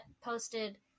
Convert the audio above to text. posted